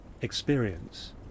experience